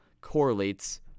correlates